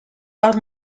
are